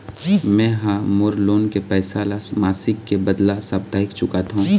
में ह मोर लोन के पैसा ला मासिक के बदला साप्ताहिक चुकाथों